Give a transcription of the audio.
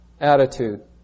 attitude